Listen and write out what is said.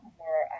more